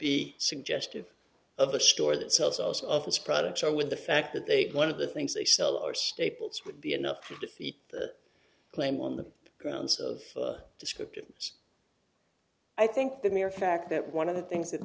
be suggestive of a store that sells house office products on with the fact that they one of the things they sell are staples would be enough to defeat that claim on the grounds of descriptions i think the mere fact that one of the things that